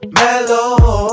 mellow